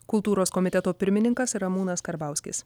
kultūros komiteto pirmininkas ramūnas karbauskis